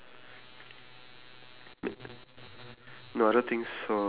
okay maybe mine also looks like a normal bird it's very hard to describe this uh